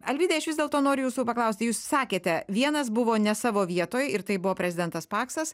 alvydai aš vis dėlto noriu jūsų paklausti jūs sakėte vienas buvo ne savo vietoj ir tai buvo prezidentas paksas